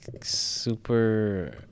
super